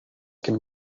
can